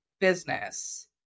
business